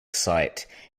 site